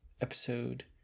episode